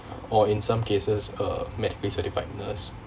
or in some cases uh medically certified nurse